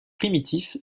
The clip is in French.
primitif